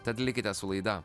tad likite su laida